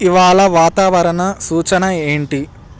ఇవాళ వాతావరణ సూచన ఏంటి